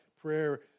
prayer